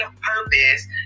purpose